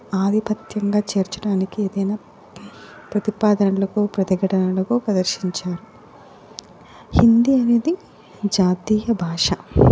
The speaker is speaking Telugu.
ఆధిపత్యంగా చేర్చడానికి ఏదైనా ప్రతిపాదనలకు ప్రతిఘటనలకు ప్రదర్శించారు హిందీ అనేది జాతీయ భాష